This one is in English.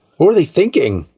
what were they thinking!